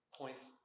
points